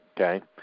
Okay